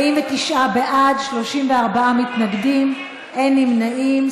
49 בעד, 34 מתנגדים, אין נמנעים.